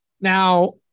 Now